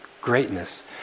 greatness